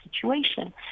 situation